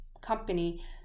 company